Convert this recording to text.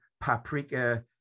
paprika